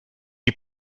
die